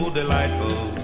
delightful